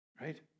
right